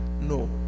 No